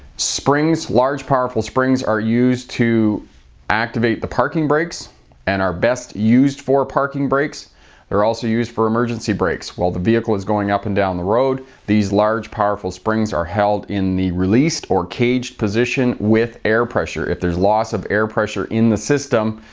springs large, powerful springs are used to activate the parking brakes and are best used for parking brakes. they are also used for emergency brakes. while the vehicle is going up and down the road these large, powerful springs are held in the released released or caged position with air pressure. if there is loss of air pressure in the system,